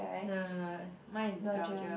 no no no mine is Belgium